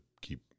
keep